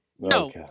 No